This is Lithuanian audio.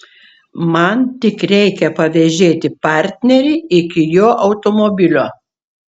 man tik reikia pavėžėti partnerį iki jo automobilio